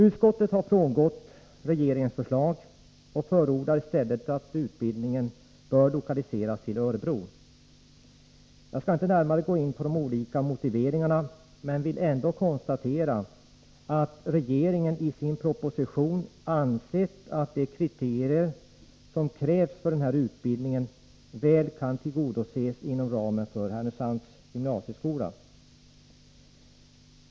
Utskottet har frångått regeringens förslag och förordar i stället att utbildningen lokaliseras till Örebro. Jag skall inte närmare gå in på de olika motiveringarna, men jag vill ändå konstatera att regeringen i sin proposition ansett att de kriterier som krävs för denna utbildning väl kan tillgodoses inom ramen för Härnösands gymnasieskola.